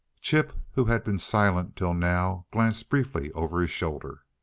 chip, who had been silent till now, glanced briefly over his shoulder.